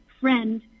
friend